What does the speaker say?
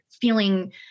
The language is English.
feeling